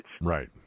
Right